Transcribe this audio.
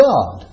God